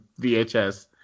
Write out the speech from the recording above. VHS